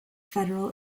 federal